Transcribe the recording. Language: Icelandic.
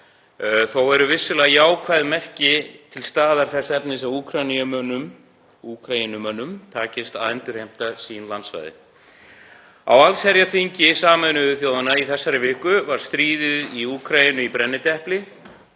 Þó eru vissulega jákvæð merki til staðar um að Úkraínumönnum takist að endurheimta sín landsvæði. Á allsherjarþingi Sameinuðu þjóðanna í þessari viku var stríðið í Úkraínu í brennidepli.